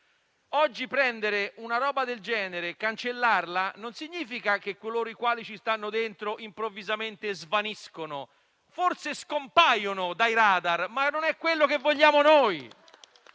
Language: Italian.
Oggi prendere una "roba" del genere e cancellarla non vuol dire che coloro che ci sono dentro improvvisamente svaniscono; forse scompaiono dai radar, ma non è quello che vogliamo noi.